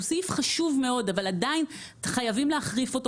הוא סעיף חשוב מאוד אבל עדיין חייבים להחריף אותו